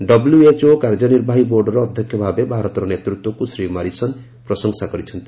WHO କାର୍ଯ୍ୟନିର୍ବାହୀ ବୋର୍ଡର ଅଧ୍ୟକ୍ଷ ଭାବେ ଭାରତର ନେତୃତ୍ୱକୁ ଶ୍ରୀ ମାରିସନ୍ ପ୍ରଶଂସା କରିଛନ୍ତି